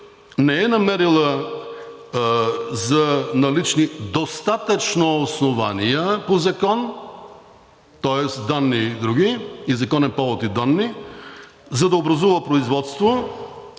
не е намерила за налични достатъчно основания по закон, тоест други данни, законен повод и данни, за да образува производство